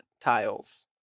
tiles